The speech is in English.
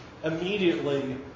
immediately